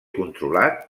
controlat